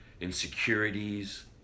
insecurities